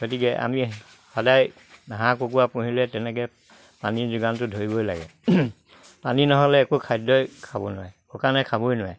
গতিকে আমি সদায় হাঁহ কুকুৰা পুহিলে তেনেকে পানীৰ যোগানটো ধৰিবই লাগে পানী নহ'লে একো খাদ্যই খাব নোৱাৰে শুকানে খাবই নোৱাৰে